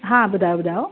हा ॿुधायो ॿुधायो